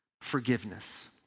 forgiveness